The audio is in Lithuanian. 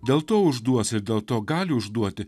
dėl to užduos ir dėl to gali užduoti